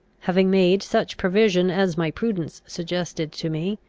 having made such provision as my prudence suggested to me,